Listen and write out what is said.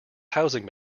housing